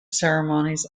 ceremonies